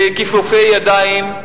וכיפופי ידיים,